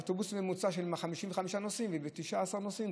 אוטובוס ממוצע של 55 נוסעים ו-19 נוסעים,